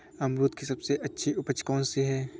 अमरूद की सबसे अच्छी उपज कौन सी है?